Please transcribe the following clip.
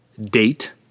date